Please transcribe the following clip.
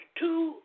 two